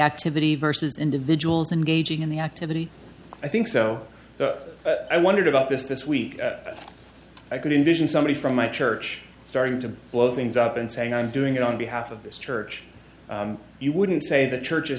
activity versus individuals and gauging in the activity i think so i wondered about this this week i could envision somebody from my church starting to blow things up and saying i'm doing it on behalf of this church you wouldn't say the church is